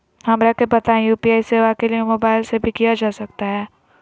हमरा के बताइए यू.पी.आई सेवा के लिए मोबाइल से भी किया जा सकता है?